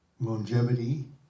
longevity